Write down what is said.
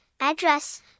address